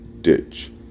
ditch